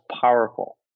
powerful